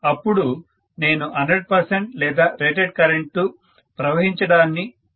అప్పుడు నేను 100 లేదా రేటెడ్ కరెంటు ప్రవహించడాన్ని చూడగలను